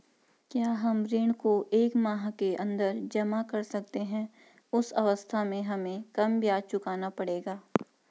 क्या हम ऋण को एक माह के अन्दर जमा कर सकते हैं उस अवस्था में हमें कम ब्याज चुकाना पड़ेगा?